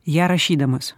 ją rašydamas